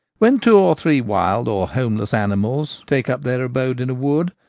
when two or three wild or homeless animals take up their abode in a wood,